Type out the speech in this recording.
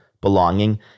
belonging